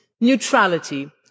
neutrality